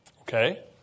Okay